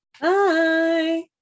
Bye